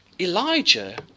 Elijah